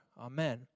Amen